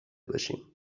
باشیم